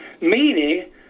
meaning